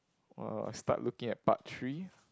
oh start looking at part three